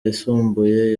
yisumbuye